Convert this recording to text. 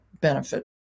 benefit